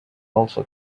also